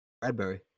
Bradbury